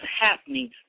happening